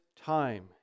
time